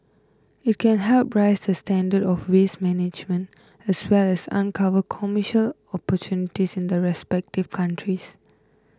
it can help raise the standards of waste management as well as uncover commercial opportunities in the respective countries